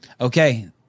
Okay